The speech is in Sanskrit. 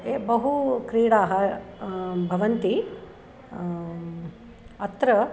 याः बह्व्यः क्रीडाः भवन्ति अत्र